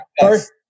first